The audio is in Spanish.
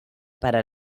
para